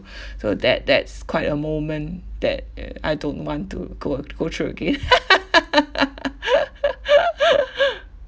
so that that's quite a moment that uh I don't want to go go through again